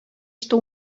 что